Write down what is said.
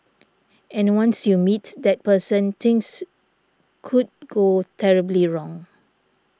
and once you meet that person things could go terribly wrong